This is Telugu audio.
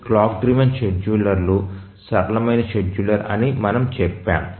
క్లాక్ డ్రివెన్ షెడ్యూలర్లు సరళమైన షెడ్యూలర్ అని మనము చెప్పాము